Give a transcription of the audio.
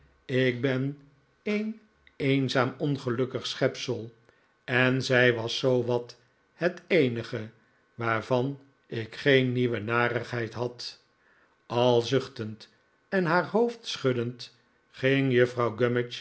ik ben een eenzaam ongelukkig schepsel en zij was zoowat het eenige waarvan ik geen nieuwe narigheid had al zuchtend en haar hoofd schuddend ging juffrouw